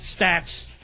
stats